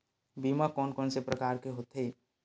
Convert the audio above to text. बीमा कोन कोन से प्रकार के होथे?